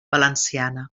valenciana